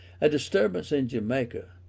a disturbance in jamaica,